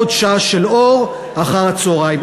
עוד שעה של אור אחר הצהריים.